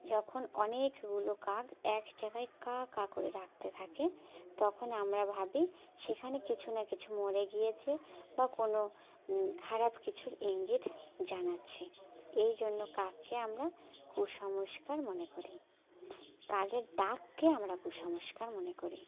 যখন অনেকগুলো কাক এক জায়গায় কা কা করে রাখতে থাকে তখন আমরা ভাবি সেখানে কিছু না কিছু মরে গিয়েছে বা কোনো খারাপ কিছুর ইঙ্গিত জানাচ্ছে এই জন্য কাককে আমরা কুসংস্কার মনে করি কাকের ডাককে আমরা কুসংস্কার মনে করি